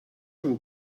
will